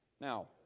Now